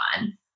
on